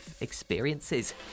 experiences